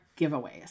giveaways